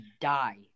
die